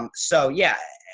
um so yeah,